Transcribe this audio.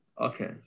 Okay